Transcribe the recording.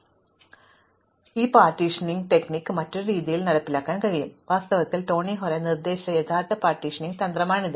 അതിനാൽ ഞാൻ പറഞ്ഞതുപോലെ ഈ പാർട്ടീഷനിംഗ് തന്ത്രവും മറ്റൊരു രീതിയിൽ നടപ്പിലാക്കാൻ കഴിയും വാസ്തവത്തിൽ ടോണി ഹോറെ നിർദ്ദേശിച്ച യഥാർത്ഥ പാർട്ടീഷനിംഗ് തന്ത്രമാണിത്